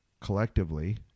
collectively